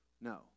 No